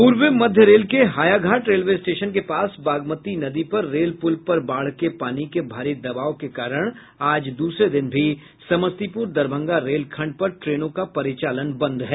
पूर्व मध्य रेल के हायाघाट रेलवे स्टेशन के पास बागमती नदी पर रेल पूल पर बाढ़ के पानी के भारी दबाव के कारण आज दूसरे दिन भी समस्तीपुर दरभंगा रेल खंड पर ट्रेनों का परिचालन बंद है